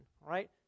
right